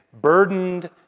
burdened